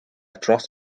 dros